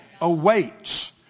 awaits